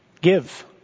give